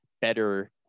better